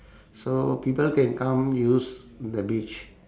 so people can come use the beach